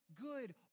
good